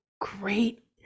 great